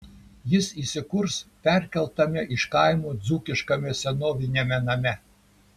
jis įsikurs perkeltame iš kaimo dzūkiškame senoviniame name